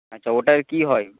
আচ্ছা ওটার কী হয়